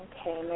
Okay